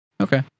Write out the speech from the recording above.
Okay